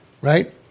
Right